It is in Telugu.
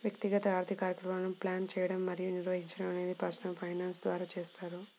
వ్యక్తిగత ఆర్థిక కార్యకలాపాలను ప్లాన్ చేయడం మరియు నిర్వహించడం అనేది పర్సనల్ ఫైనాన్స్ ద్వారా చేస్తారు